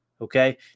Okay